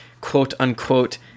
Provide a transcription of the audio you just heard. quote-unquote